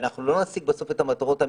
ואנחנו לא נשיג בסוף את המטרות האמתיות,